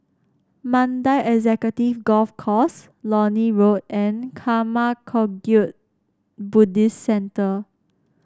Mandai Executive Golf Course Lornie Walk and Karma Kagyud Buddhist Centre